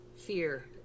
fear